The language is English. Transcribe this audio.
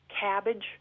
cabbage